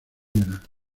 gral